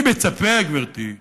הייתי מצפה, גברתי,